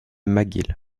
mcgill